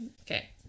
Okay